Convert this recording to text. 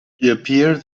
appeared